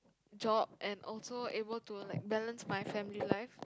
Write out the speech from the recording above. job and also able to like balance my family life